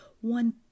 one